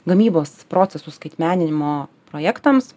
gamybos procesų skaitmeninimo projektams